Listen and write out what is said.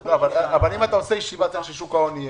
אם אתה עושה ישיבה, צריך ששוק ההון יהיה,